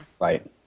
right